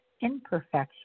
imperfection